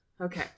Okay